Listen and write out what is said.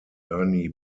ernie